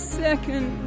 second